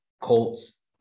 Colts